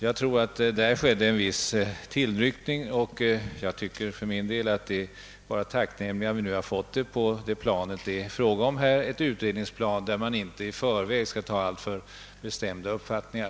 Jag tror att en viss tillnyktring ägt rum, För min del tycker jag att det bara är tacknämligt att vi nu på det sättet fått frågan till ett utredningsalternativ utan att man i förväg har bundit sig för alltför bestämda uppfattningar.